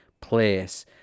Place